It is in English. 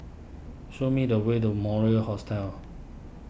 show me the way to Mori Hostel